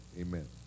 amen